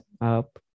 up